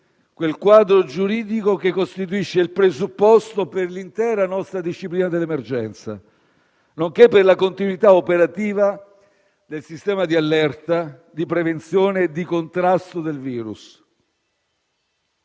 quel quadro giuridico che costituisce il presupposto per l'intera nostra disciplina dell'emergenza, nonché per la continuità operativa del sistema di allerta, prevenzione e contrasto del virus.